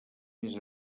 més